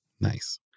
Nice